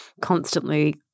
constantly